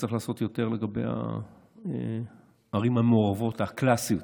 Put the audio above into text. שצריך לעשות יותר לגבי הערים המעורבות הקלאסיות,